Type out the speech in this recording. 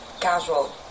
casual